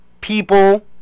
People